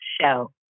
show